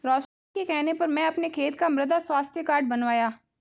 रोशन के कहने पर मैं अपने खेत का मृदा स्वास्थ्य कार्ड बनवाया